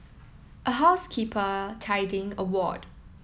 a housekeeper tidying a ward